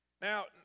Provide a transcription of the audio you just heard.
Now